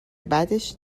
بدش